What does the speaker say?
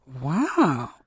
wow